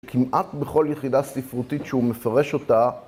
כמעט בכל יחידה ספרותית שהוא מפרש אותה..